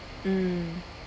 mm